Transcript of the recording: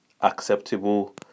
acceptable